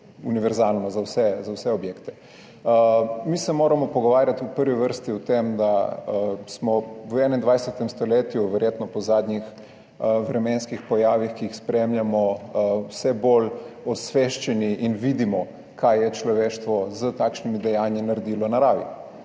univerzalno za vse objekte. Mi se moramo pogovarjati v prvi vrsti o tem, da smo v 21. stoletju verjetno po zadnjihvremenskih pojavih, ki jih spremljamo, vse bolj osveščeni in vidimo, kaj je človeštvo s takšnimi dejanji naredilo naravi